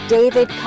David